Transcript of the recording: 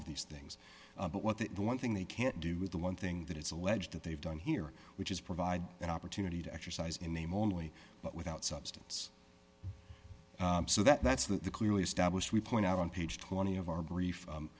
of these things but what the one thing they can't do with the one thing that it's alleged that they've done here which is provide an opportunity to exercise in name only but without substance so that's the clearly established we point out on page twenty of our brief